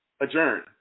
adjourn